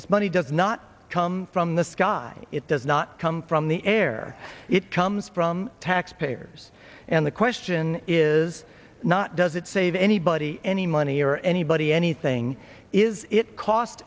this money does not come from the sky it does not come from the air it comes from taxpayers and the question is not does it save anybody any money or anybody anything is it cost